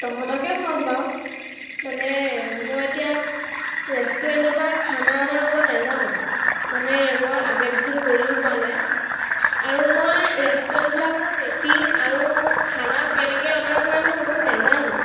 তহঁতকে খুৱাম বাৰু মানে মই এতিয়া ৰেষ্টুৰেণ্টৰ পৰা খানা অৰ্ডাৰ কৰিব নেজানো মানে মই আগে পিছে কৰিও পোৱা নাই আৰু মই ৰেষ্টুৰেণ্টবিলাকৰ ৰেটিং আৰু খানা কেনেকৈ অৰ্ডাৰ কৰে মই বস্তুটো নেজানো